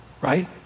right